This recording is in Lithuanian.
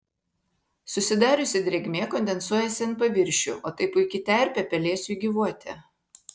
susidariusi drėgmė kondensuojasi ant paviršių o tai puiki terpė pelėsiui gyvuoti